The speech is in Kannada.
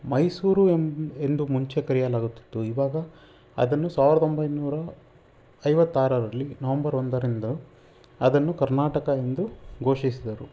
ಮೈಸೂರು ಎಂದು ಮುಂಚೆ ಕರೆಯಲಾಗುತ್ತಿತ್ತು ಇವಾಗ ಅದನ್ನು ಸಾವಿರದ ಒಂಬೈನೂರ ಐವತ್ತಾರರಲ್ಲಿ ನವಂಬರ್ ಒಂದರಿಂದ ಅದನ್ನು ಕರ್ನಾಟಕ ಎಂದು ಘೋಷಿಸಿದರು